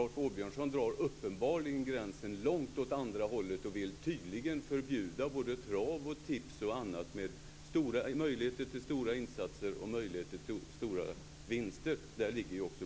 Rolf Åbjörnsson drar uppenbarligen gränserna långt åt det andra hållet och vill tydligen förbjuda travspel, tips och andra spel med möjligheter till stora insatser och till stora vinster. Till den gruppen hör de facto också Bingolotto.